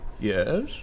Yes